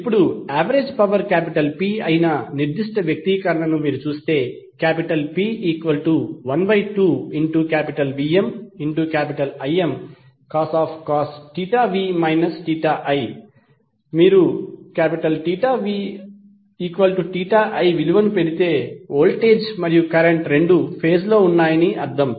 ఇప్పుడు average power P అయిన నిర్దిష్ట వ్యక్తీకరణను మీరు చూస్తే P12VmImcos v i మీరు vi విలువను పెడితే వోల్టేజ్ మరియు కరెంట్ రెండూ ఫేజ్ లో ఉన్నాయని అర్థం